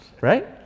right